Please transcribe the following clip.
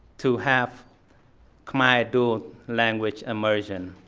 to have khmer dual language immersion.